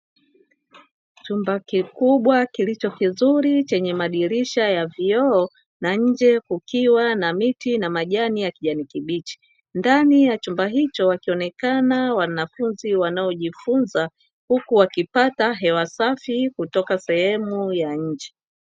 Chumba kikubwa kilicho kizuri chenye madirisha ya vioo na nje kukiwa na miti na majani ya kijani kibichi. Ndani ya chumba hicho wakionekana wanafunzi wanaojifunza, huku wakipata hewa safi kutoka sehemu ya nje.